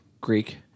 Greek